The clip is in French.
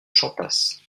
chantasse